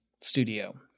studio